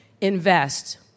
invest